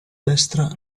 destra